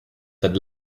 that